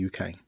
UK